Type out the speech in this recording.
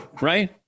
Right